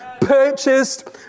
purchased